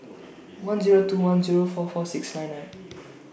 one Zero two one Zero four four six nine nine